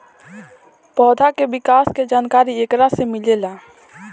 पौधा के विकास के जानकारी एकरा से मिलेला